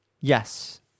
Yes